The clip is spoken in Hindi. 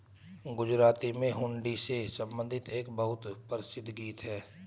गुजराती में हुंडी से संबंधित एक बहुत प्रसिद्ध गीत हैं